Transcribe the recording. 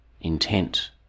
intent